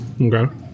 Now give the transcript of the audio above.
Okay